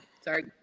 sorry